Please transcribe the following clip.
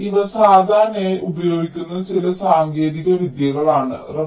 അതിനാൽ ഇവ സാധാരണയായി ഉപയോഗിക്കുന്ന ചില സാങ്കേതിക വിദ്യകളാണ്